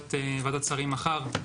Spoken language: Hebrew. ישיבת ועדת השרים מחר,